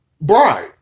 bride